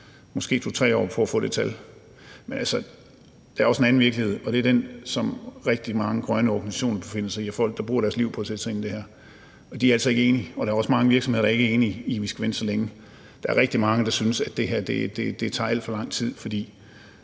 måske 2-3 år på at få det tal. Men der er også en anden virkelighed, og det er den, som rigtig mange grønne organisationer og folk, der bruger deres liv på at sætte sig ind i det her, befinder sig i, og de er altså ikke enige, og der er også mange virksomheder, der ikke er enige i, at vi skal vente så længe. Der er rigtig mange, der synes, at det her tager alt for lang tid, for